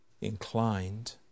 inclined